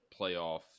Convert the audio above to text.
playoff